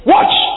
Watch